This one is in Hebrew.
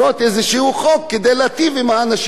לא בשביל להיטיב עם האנשים האלה,